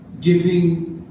giving